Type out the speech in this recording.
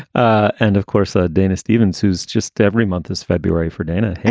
ah and of course, ah dana stevens, who's just every month is february four, dana